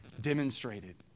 demonstrated